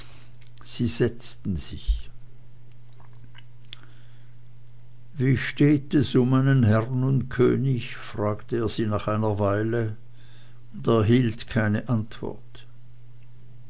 sie setzten sich wie steht es um meinen herrn und könig fragte er sie nach einer weile und erhielt keine antwort